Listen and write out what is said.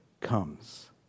comes